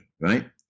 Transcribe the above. right